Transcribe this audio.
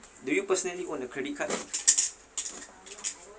do you personally own a credit card